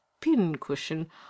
pin-cushion